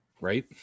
Right